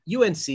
UNC